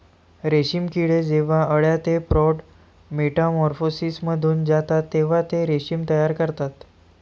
रेशीम किडे जेव्हा अळ्या ते प्रौढ मेटामॉर्फोसिसमधून जातात तेव्हा ते रेशीम तयार करतात